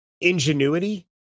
ingenuity